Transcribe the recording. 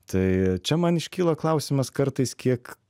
tai čia man iškyla klausimas kartais kiek